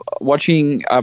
watching –